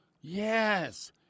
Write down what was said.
Yes